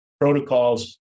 protocols